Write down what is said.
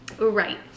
Right